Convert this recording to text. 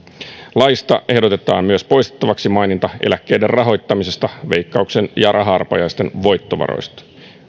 laista ehdotetaan myös poistettavaksi maininta eläkkeiden rahoittamisesta veikkauksen ja raha arpajaisten voittovaroista